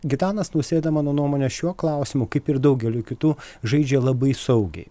gitanas nausėda mano nuomone šiuo klausimu kaip ir daugeliu kitų žaidžia labai saugiai